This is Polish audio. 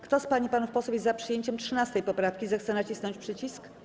Kto z pań i panów posłów jest za przyjęciem 13. poprawki, zechce nacisnąć przycisk.